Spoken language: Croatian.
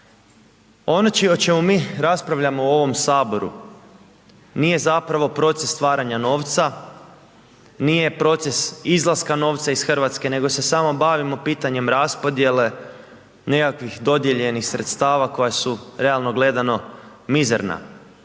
Ono o čemu mi raspravljamo u ovom saboru nije zapravo proces stvaranja novca, nije proces izlaska novca iz Hrvatske, nego se samo bavimo pitanjem raspodjele nekakvih dodijeljenih sredstava koja su realno gledano mizerna.